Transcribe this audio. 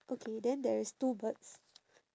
okay then there is two birds